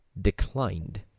declined